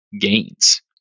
gains